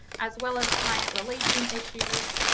as well as client relation issues.